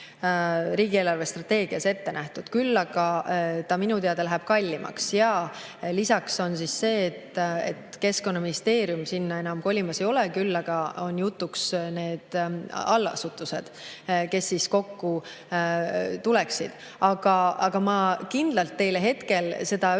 riigi eelarvestrateegias ette nähtud, küll aga ta minu teada läheb kallimaks. Lisaks on see, et Keskkonnaministeerium sinna enam kolimas ei ole, küll aga on jutuks need allasutused, kes sinna kokku tuleksid. Aga ma kindlalt teile hetkel seda öelda